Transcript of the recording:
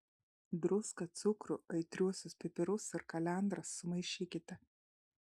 druską cukrų aitriuosius pipirus ir kalendras sumaišykite